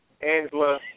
Angela